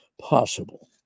possible